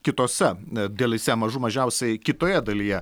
kitose dalyse mažų mažiausiai kitoje dalyje